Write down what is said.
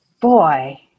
boy